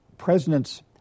Presidents